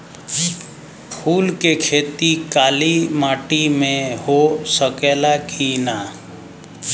फूल के खेती काली माटी में हो सकेला की ना?